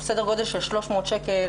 הוא סדר גודל של 300 שקל,